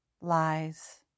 lies